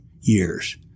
years